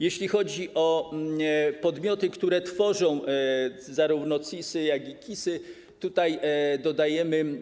Jeśli chodzi o podmioty, które tworzą zarówno CIS-y, jak i KIS-y, tutaj dodajemy.